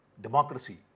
democracy